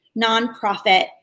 nonprofit